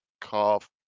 Carve